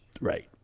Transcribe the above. right